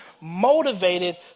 motivated